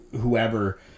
whoever